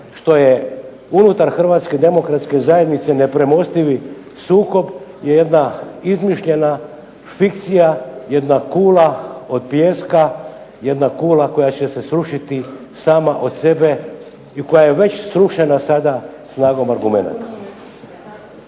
što je unutar HDZ-a nepremostivi sukob je jedna izmišljena fikcija, jedna kula od pijeska, jedna kula koja će se srušiti sama od sebe i koja je već srušena sada snagom argumenata.